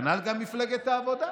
כנ"ל גם מפלגת העבודה.